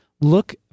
look